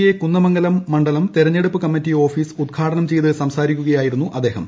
A ക്കുന്ദ്മംഗലം മണ്ഡലം തെരഞ്ഞെടുപ്പ് കമ്മറ്റി ഓഫീസ് ഉദ്ഘാട്നം ചെയ്ത് സംസാരിക്കുകയായിരുന്നു അദ്ദേഹം